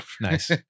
Nice